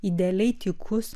idealiai tykus